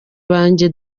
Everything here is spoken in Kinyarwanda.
banjye